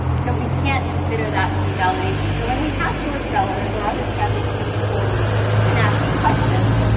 so we can't consider that to be validation. so when we have short sellers or other skeptics coming forward and asking questions,